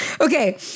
Okay